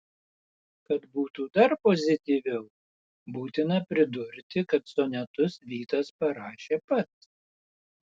kad būtų dar pozityviau būtina pridurti kad sonetus vytas parašė pats